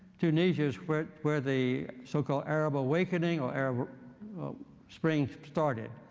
tunisia is where where the so-called arab awakening or arab spring started.